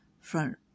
front